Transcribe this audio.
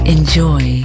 Enjoy